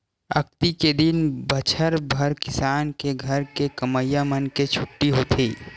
अक्ती के दिन बछर भर किसान के घर के कमइया मन के छुट्टी होथे